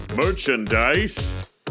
Merchandise